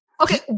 Okay